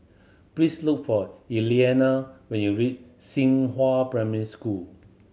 please look for Elliana when you reach Xinghua Primary School